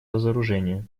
разоружению